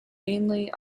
mainly